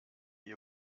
ihr